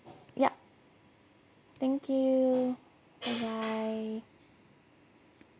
yup thank you bye bye